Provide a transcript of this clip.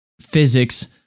physics